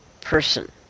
person